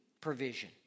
provision